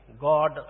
God